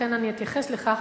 אכן אתייחס לכך.